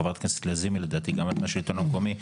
חברת הכנסת לזימי לדעתי גם הייתה בשלטון המקומי,